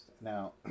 Now